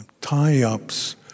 tie-ups